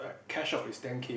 like cash out is ten K